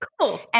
Cool